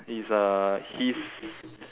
he is uh his